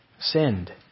sinned